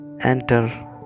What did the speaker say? Enter